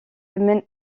mène